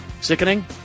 Sickening